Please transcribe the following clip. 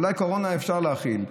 אולי קורונה אפשר להכיל,